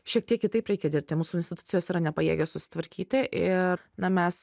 šiek tiek kitaip reikia dirbti mūsų institucijos yra nepajėgios susitvarkyti ir na mes